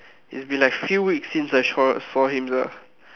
it's been like few weeks since I saw saw him sia